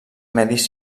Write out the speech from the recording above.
medis